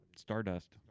Stardust